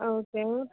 okay